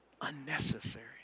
Unnecessary